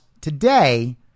today